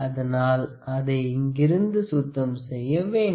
அதனால் அதை இங்கிருந்து சுத்தம் செய்ய வேண்டும்